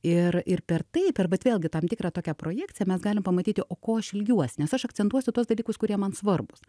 ir ir per tai per vat vėlgi tam tikrą tokią projekciją mes galim pamatyti o ko aš ilgiuosi nes aš akcentuosiu tuos dalykus kurie man svarbūs